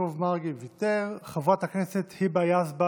יעקב מרגי, ויתר, חברת הכנסת היבה יזבק,